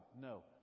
No